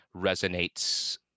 resonates